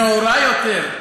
נאורה יותר.